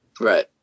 Right